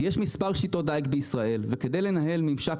יש מספר שיטות דיג בישראל וכדי לנהל ממשק